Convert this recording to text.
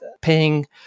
paying